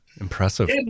Impressive